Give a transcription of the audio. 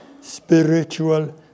Spiritual